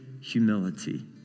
humility